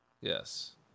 Yes